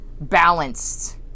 balanced